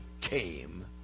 came